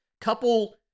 couple